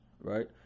Right